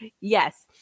yes